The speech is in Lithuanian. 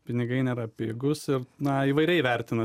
pinigai nėra pigūs ir na įvairiai vertina